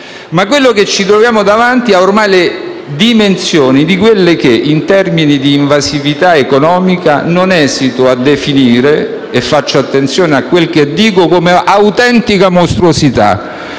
ma quello che ci troviamo davanti ha ormai le dimensioni di quella che, in termini di invasività economica, non esito a definire - e faccio attenzione a quel che dico - come autentica mostruosità,